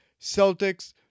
Celtics